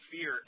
fear